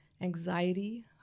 anxiety